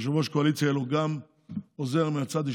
שליושב-ראש הקואליציה יהיה גם עוזר מהצד של